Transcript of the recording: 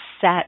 set